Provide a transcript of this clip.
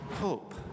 hope